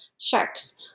Sharks